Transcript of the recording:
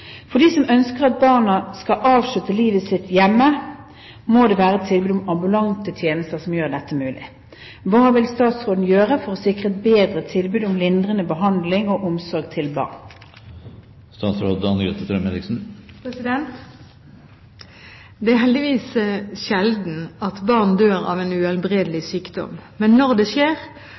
For dem som ønsker at barna skal avslutte livet hjemme, må det være tilbud om ambulante tjenester som gjør dette mulig. Hva vil statsråden gjøre for å sikre et bedre tilbud om lindrende behandling og omsorg til barn?» Det er heldigvis sjelden at barn dør av en uhelbredelig sykdom. Men når det skjer